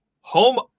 home